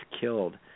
killed